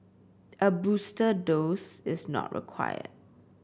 a booster dose is not required